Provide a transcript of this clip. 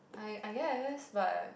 I I guess but